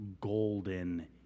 golden